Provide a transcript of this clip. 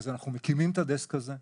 אז אנחנו מקימים את הדסק הזה,